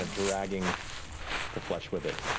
ah dragging the flesh with it.